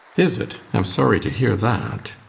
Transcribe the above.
is it? i'm sorry to hear that.